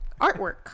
artwork